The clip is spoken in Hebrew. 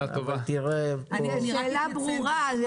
השאלה ברורה.